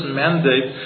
mandate